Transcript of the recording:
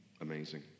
Amazing